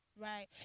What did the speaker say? Right